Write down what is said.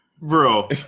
Bro